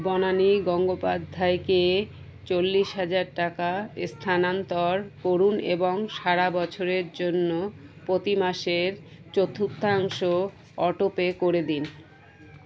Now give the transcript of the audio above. বনানী গঙ্গোপাধ্যায়কে চল্লিশ হাজার টাকা এস্থানান্তর করুন এবং সারা বছরের জন্য প্রতি মাসের চতুর্থাংশ অটোপে করে দিন